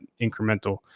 incremental